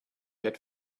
had